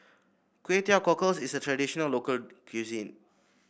Kway Teow Cockles is a traditional local cuisine